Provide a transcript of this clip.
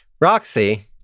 Roxy